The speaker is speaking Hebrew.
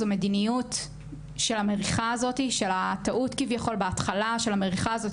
זו מדיניות שהמריחה הזאת של הטעות כביכול של המריחה הזאת